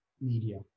media